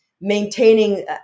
maintaining